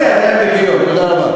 זה ידיים נקיות.